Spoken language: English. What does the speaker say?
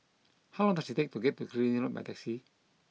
how long does it take to get to Killiney Road by taxi